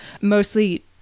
mostly